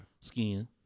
Skin